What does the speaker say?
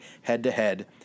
head-to-head